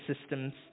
systems